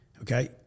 Okay